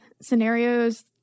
scenarios